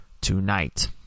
tonight